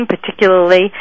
particularly